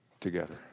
together